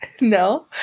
No